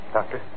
Doctor